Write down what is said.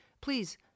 Please